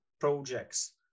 projects